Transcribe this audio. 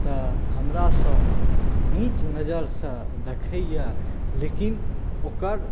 तऽ हमरासब नीच नजरिसँ देखैए लेकिन ओकर